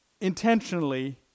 intentionally